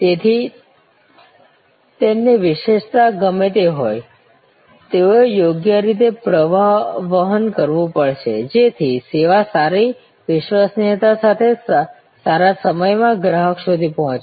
તેથી તેમની વિશેષતા ગમે તે હોય તેઓએ યોગ્ય રીતે પ્રવાહ વહન કરવું પડશે જેથી સેવા સારી વિશ્વસનીયતા સાથે સારા સમયમાં ગ્રાહક સુધી પહોંચે